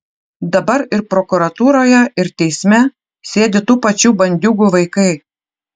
dabar ir prokuratūroje ir teisme sėdi tų pačių bandiūgų vaikai